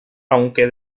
aunque